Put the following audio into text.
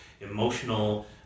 emotional